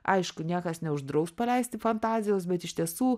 aišku niekas neuždraus paleisti fantazijos bet iš tiesų